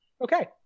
Okay